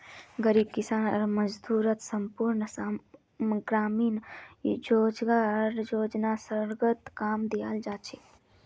गरीब किसान आर मजदूरक संपूर्ण ग्रामीण रोजगार योजनार अन्तर्गत काम दियाल जा छेक